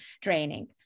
training